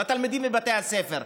לתלמידים בבתי הספר?